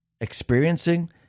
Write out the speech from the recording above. experiencing